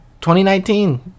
2019